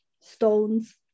stones